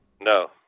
No